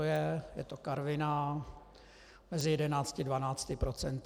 Je to Karviná mezi 11 a 12 %.